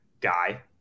guy